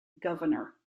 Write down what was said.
governor